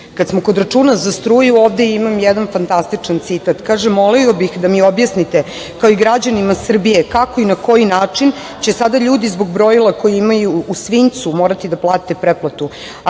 smo kod računa za struju, ovde imam jedan fantastičan citat. Kaže: „Molio bih da mi objasnite, kao i građanima Srbije, kako i na koji način će sada ljudi zbog brojila koje imaju u svinjcu morati da plate pretplatu.